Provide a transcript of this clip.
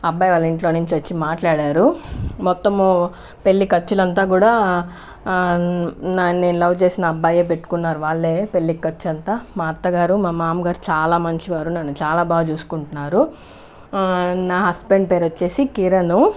అబ్బాయి వాళ్ళ ఇంట్లో నుంచి వచ్చి మాట్లాడారు మొత్తము పెళ్లి ఖర్చులంతా కూడా నన్ను నేను లవ్ చేసిన అబ్బాయి పెట్టుకున్నారు వాళ్ళే పెళ్లి ఖర్చు అంత మా అత్తగారు మా మామగారు చాలా మంచివారు నన్ను చాలా బాగా చూసుకుంటున్నారు నా హస్బెండ్ పేరు వచ్చేసి కిరణు